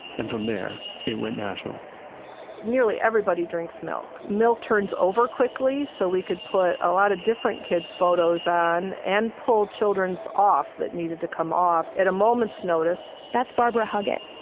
and from there it went national nearly everybody drinks milk, milk turns over quickly, so we could put a lot of different kid's photos on, and pull children off that needed to come off at a moment's notice that's barbara huggett.